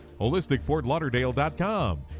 HolisticFortLauderdale.com